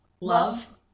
Love